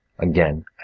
Again